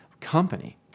company